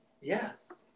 Yes